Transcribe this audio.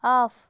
off